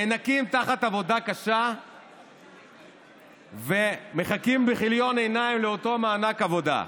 נאנקים תחת עבודה קשה ומחכים בכיליון עיניים לאותו מענק עבודה.